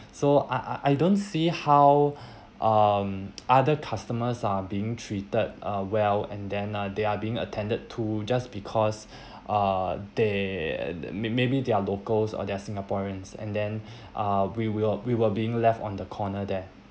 so I I I don't see how um other customers are being treated uh well and then uh they are being attended to just because uh they may~ maybe they're locals or they're singaporeans and then uh we were we were being left on the corner there